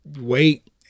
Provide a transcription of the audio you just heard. wait